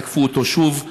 הם תקפו אותו שוב,